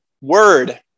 word